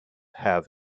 have